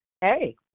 Hey